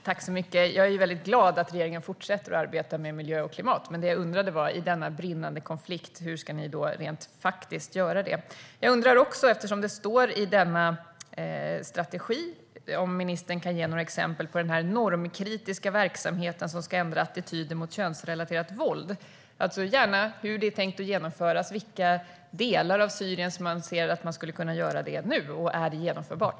Herr talman! Jag är väldigt glad att regeringen fortsätter att arbeta med miljö och klimat. Men det jag undrade var: I denna brinnande konflikt, hur ska ni rent praktiskt göra det? Jag undrar också om ministern - eftersom det står om detta i strategin - kan ge några exempel på den normkritiska verksamhet som ska ändra attityder mot könsrelaterat våld. Jag vill gärna höra hur det är tänkt att genomföras, vilka delar av Syrien man ser att man skulle kunna göra det i nu och om det är genomförbart.